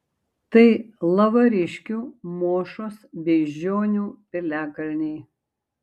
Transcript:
tai lavariškių mošos beižionių piliakalniai